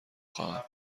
خواهم